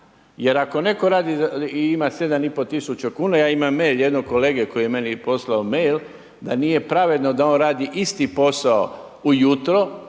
Jer ako netko radi i ima 7 i pol tisuća kuna, ja imam mail jednog kolege koji je meni poslao mail da nije pravedno da on radi isti posao ujutro